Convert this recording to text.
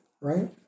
Right